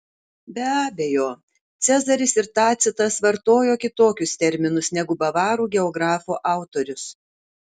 be abejo cezaris ir tacitas vartojo kitokius terminus negu bavarų geografo autorius